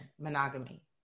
monogamy